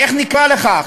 איך נקרא לכך?